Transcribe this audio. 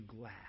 glad